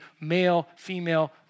male-female